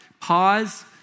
pause